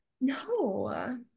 no